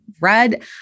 red